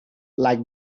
like